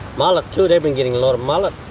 mullet too, they've been getting a lot of mullet.